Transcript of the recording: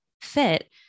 fit